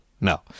no